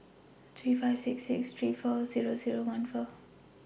three five six six three four Zero Zero one four